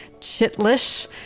Chitlish